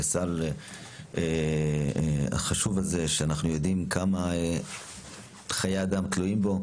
לסל החשוב הזה שאנחנו יודעים כמה חיי אדם תלויים בו,